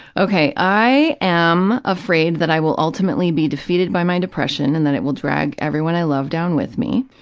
okay. i am afraid that i will ultimately be defeated by my depression and that it will drag everyone i love down with me.